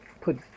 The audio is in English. put